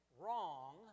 wrong